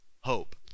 hope